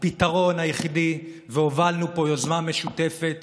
הפתרון היחידי, והובלנו פה יוזמה משותפת